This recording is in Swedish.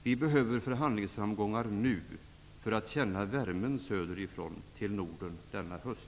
Vi behöver förhandlingsframgångar nu -- för att känna värmen söderifrån till Norden denna höst.